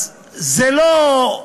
אז זה לא,